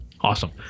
awesome